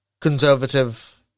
conservative